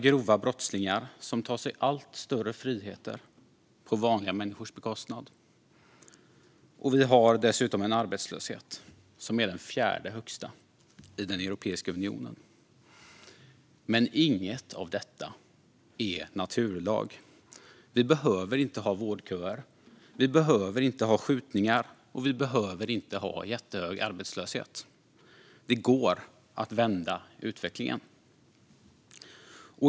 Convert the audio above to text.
Grova brottslingar tar sig allt större friheter på vanliga människors bekostnad. Dessutom är arbetslösheten den fjärde högsta i Europeiska unionen. Men inget av detta är naturlag. Det behöver inte finnas vårdköer, skjutningar eller jättehög arbetslöshet. Det går att vända utvecklingen.